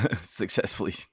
successfully